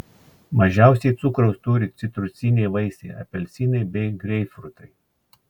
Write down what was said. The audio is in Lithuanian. mažiausiai cukraus turi citrusiniai vaisiai apelsinai bei greipfrutai